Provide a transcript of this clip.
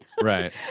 Right